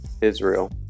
Israel